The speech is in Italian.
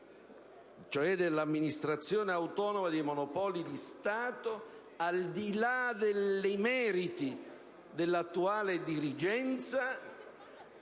cioè dell'Amministrazione autonoma dei monopoli di Stato, al di là dei meriti dell'attuale dirigenza,